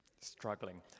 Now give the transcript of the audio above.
Struggling